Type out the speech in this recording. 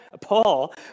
Paul